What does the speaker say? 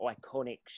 iconic